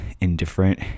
indifferent